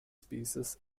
species